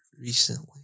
recently